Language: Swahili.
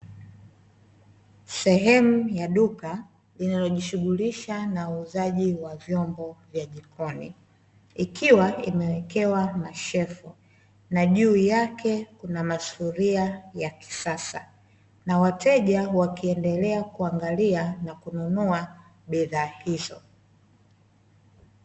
Sehemu ya duka inayojiishughulisha na uuzaji wa vyombo vya jikoni ikiwa imewekewa mashelfu, na juu yake kuna masufuria ya kisasa na wateja wakiendelea kuangalia na kununua bidhaa hizo.